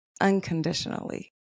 unconditionally